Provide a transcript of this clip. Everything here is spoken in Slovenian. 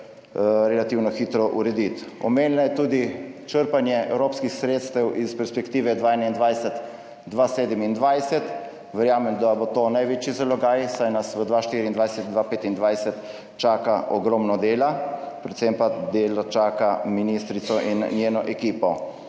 relativno hitro urediti. Omenila je tudi črpanje evropskih sredstev iz perspektive 2021-2027. Verjamem, da bo to največji zalogaj, saj nas v 2024, 2025 čaka ogromno dela, predvsem pa delo čaka ministrico in njeno ekipo.